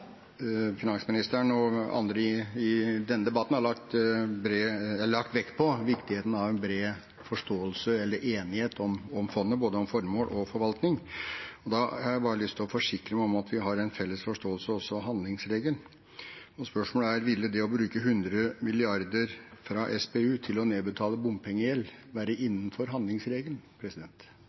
Finansministeren og andre i denne debatten har lagt vekt på viktigheten av en bred forståelse, eller enighet, om fondet, både om formål og forvaltning. Da har jeg bare lyst til å forsikre meg om at vi har en felles forståelse også av handlingsregelen. Spørsmålet er: Ville det å bruke 100 mrd. kr fra SPU til å nedbetale bompengegjeld være innenfor handlingsregelen?